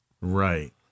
Right